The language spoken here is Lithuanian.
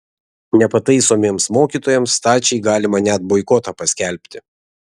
nepataisomiems mokytojams stačiai galima net boikotą paskelbti